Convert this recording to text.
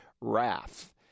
wrath